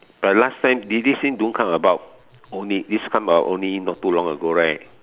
but last time this this thing don't come about only this come about only not too long ago right